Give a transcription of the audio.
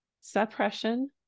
suppression